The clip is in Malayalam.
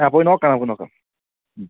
ആ പോയി നോക്കാം നമുക്ക് നോക്കാം